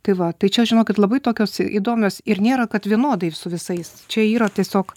tai va tai čia žinokit labai tokios įdomios ir nėra kad vienodai su visais čia yra tiesiog